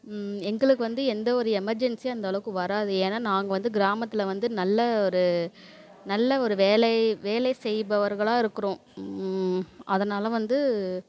எங்களுக்கு வந்து எந்த ஒரு எமெர்ஜென்சி அந்தளவுக்கு வராது ஏன்னா நாங்கள் வந்து கிராமத்தில் வந்து நல்ல ஒரு நல்ல ஒரு வேலை வேலை செய்பவர்களாக இருக்கிறோம் அதனால் வந்து